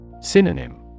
Synonym